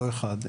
לא אחד.